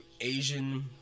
Asian